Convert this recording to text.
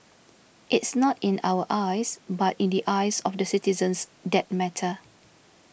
it's not in our eyes but in the eyes of the citizens that matter